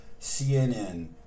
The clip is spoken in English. CNN